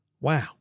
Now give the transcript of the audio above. wow